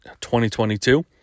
2022